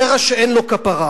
קרע שאין לו כפרה.